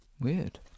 Weird